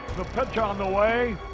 the pitch on the way,